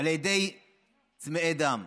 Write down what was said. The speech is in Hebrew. על ידי צמאי דם.